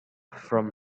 from